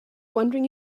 wondering